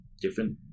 different